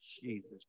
Jesus